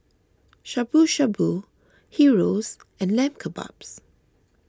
Shabu Shabu Gyros and Lamb Kebabs